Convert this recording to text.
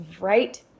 right